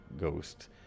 ghost